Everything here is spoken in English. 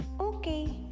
Okay